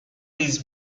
this